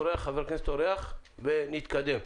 אורח לסירוגין ונתקדם.